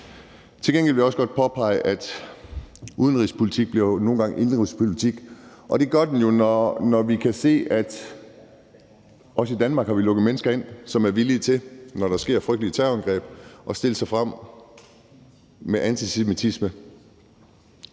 Til gengæld vil jeg også godt påpege, at udenrigspolitik jo nogle gange bliver indenrigspolitik, og det gør den jo, når vi kan se, at vi også i Danmark har lukket mennesker ind, som er villige til, når der sker frygtelige terrorangreb, at stille sig frem med antisemitisme